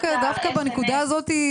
S.M.S. דווקא בנקודה הזאת,